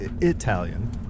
Italian